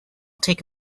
take